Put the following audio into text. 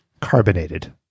carbonated